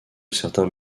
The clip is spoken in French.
certains